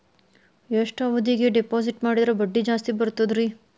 ಎಷ್ಟು ಅವಧಿಗೆ ಡಿಪಾಜಿಟ್ ಮಾಡಿದ್ರ ಬಡ್ಡಿ ಜಾಸ್ತಿ ಬರ್ತದ್ರಿ?